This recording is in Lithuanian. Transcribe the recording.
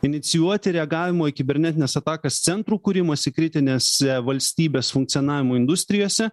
inicijuoti reagavimo į kibernetines atakas centrų kūrimąsi kritinėse valstybės funkcianavimo industrijose